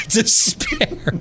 despair